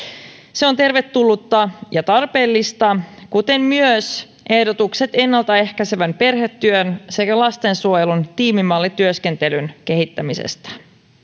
se on tervetullutta ja tarpeellista kuten myös ehdotukset ennaltaehkäisevän perhetyön sekä lastensuojelun tiimimallityöskentelyn kehittämisestä